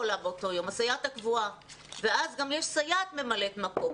חולה באותו יום ואז גם יש סייעת ממלאת מקום.